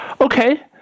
Okay